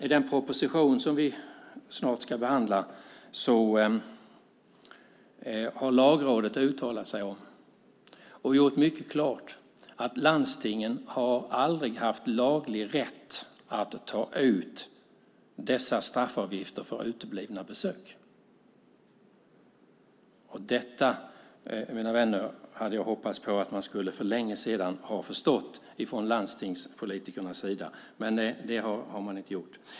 I propositionen har Lagrådet uttalat sig och gjort mycket klart att landstingen aldrig har haft laglig rätt att ta ut dessa straffavgifter. Detta, mina vänner, hoppades jag att man för länge sedan hade förstått från landstingspolitikernas sida. Det har man dock inte gjort.